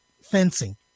fencing